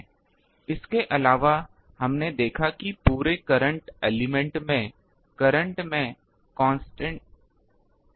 इसके अलावा हमने देखा है कि पूरे करंट एलिमेंट में करंट में कांस्टेंट है